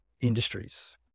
industries